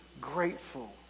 grateful